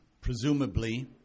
presumably